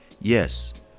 yes